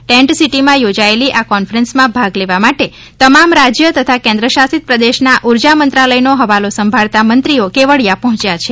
tent સીટીમાં યોજાયેલી આ કોન્ફરન્સમાં ભાગ લેવા માટે તમામ રાજય તથા કેન્દ્રશાસિત પ્રદેશમાં ઊર્જામંત્રાલયનો હવાલો સંભાળતા મંત્રી કેવડીયા પહોંચ્યા છે